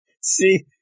See